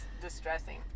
distressing